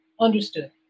Understood